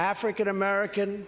African-American